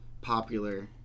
popular